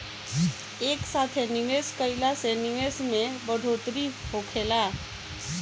एक साथे निवेश कईला से निवेश में बढ़ोतरी होखेला